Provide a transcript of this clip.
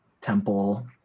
temple